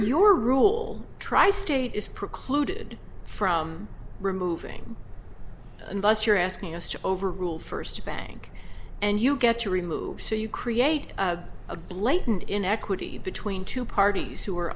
your rule tri state is precluded from removing a bus you're asking us to overrule first bank and you get to remove so you create a blatant inequity between two parties